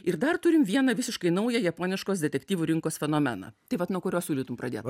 ir dar turim vieną visiškai naują japoniškos detektyvų rinkos fenomeną tai vat nuo kurio siūlytum pradėt